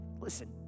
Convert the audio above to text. Listen